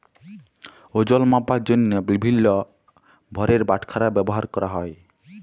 ওজল মাপার জ্যনহে বিভিল্ল্য ভারের বাটখারা ব্যাভার ক্যরা হ্যয়